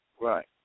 Right